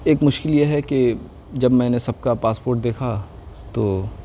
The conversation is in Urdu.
ایک مشکل یہ ہے کہ جب میں نے سب کا پاسپوٹ دیکھا تو